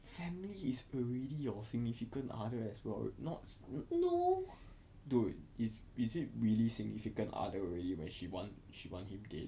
family is already your significant other as well not dude is really is it really significant other already when she want she want him dead